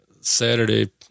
Saturday